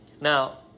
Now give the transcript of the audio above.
Now